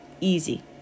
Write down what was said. easy